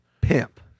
pimp